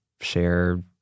share